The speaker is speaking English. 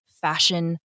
fashion